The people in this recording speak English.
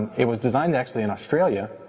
it was designed to actually in australia.